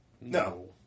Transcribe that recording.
No